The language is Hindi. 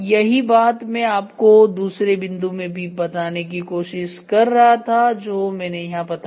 यही बात मैं आपको दूसरे बिंदु में भी बताने की कोशिश कर रहा था जो मैंने यहां बताया